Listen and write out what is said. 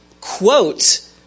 quote